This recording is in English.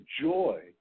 joy